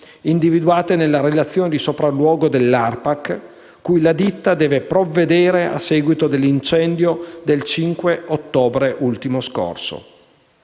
individuate nella relazione di sopralluogo dell'ARPAC, cui la ditta deve provvedere a seguito dell'incendio del 5 ottobre ultimo scorso.